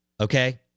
okay